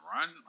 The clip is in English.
Run